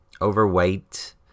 overweight